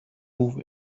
move